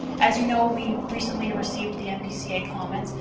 as you know, we recently received the npca comments.